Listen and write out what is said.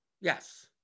Yes